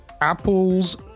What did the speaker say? Apple's